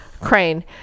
crane